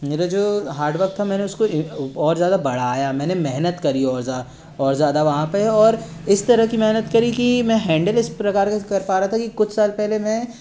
मेरा जो हार्डवर्क था मैंने उसको और ज़्यादा बढ़ाया मैंने मेहनत करी और और ज़्यादा वहाँ पे और इस तरह की मेहनत करी की मैं हैंडल इस प्रकार के कर पा रहा था कि कुछ साल पहले मैं